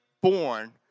born